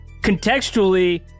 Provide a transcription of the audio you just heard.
contextually